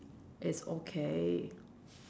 it's okay